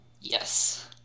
Yes